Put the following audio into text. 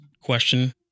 question